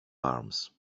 arms